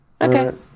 Okay